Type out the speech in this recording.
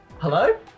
Hello